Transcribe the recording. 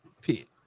Pete